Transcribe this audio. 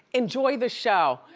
enjoy the show.